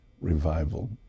revival